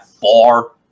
far